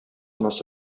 анасы